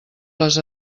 les